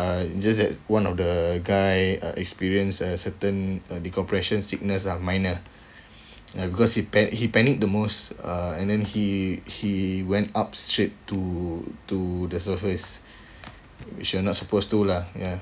uh just that one of the guy uh experienced a certain uh decompression sickness lah minor ya because he pan~ he panicked the most uh and then he he went up straight to to the surface which you're not supposed to lah ya